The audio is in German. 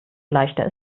leichter